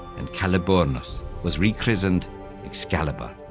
and caliburnus was rechristened excalibur.